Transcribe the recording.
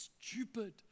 stupid